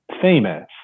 famous